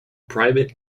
private